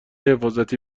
حفاظتی